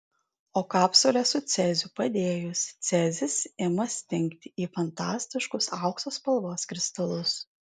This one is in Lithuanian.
o kapsulę su ceziu padėjus cezis ima stingti į fantastiškus aukso spalvos kristalus